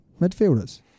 midfielders